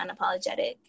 unapologetic